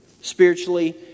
Spiritually